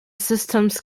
systems